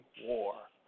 war